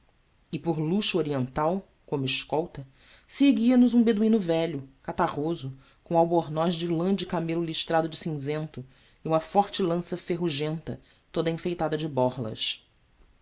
e por luxo oriental como escolta seguia nos um beduíno velho catarroso com o albornoz de lã de camelo listrado de cinzento e uma forte lança ferrugenta toda enfeitada de borlas